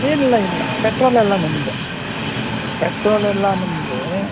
ಇಲ್ಲ ಇಲ್ಲ ಪೆಟ್ರೋಲೆಲ್ಲ ನಿಮ್ಮದೇ ಪೆಟ್ರೋಲೆಲ್ಲ ನಿಮ್ಮದೇ